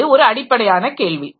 இது ஒரு அடிப்படையான கேள்வி